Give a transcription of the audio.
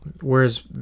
Whereas